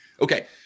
Okay